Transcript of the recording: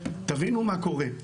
תבינו מה קורה,